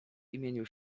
imieniu